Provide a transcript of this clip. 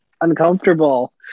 uncomfortable